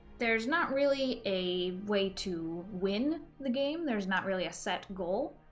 there's not really a way to win the game there's not really a set goal.